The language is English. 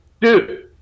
dude